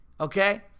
okay